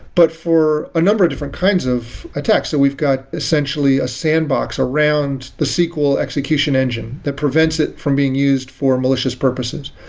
but for a number of different kinds of attacks. so we've got essentially a sandbox around the sql execution engine that prevents it from being used for malicious purposes.